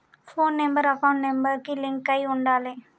పోను number account number కి link అయ్యి ఉండాలే